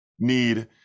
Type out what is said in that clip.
need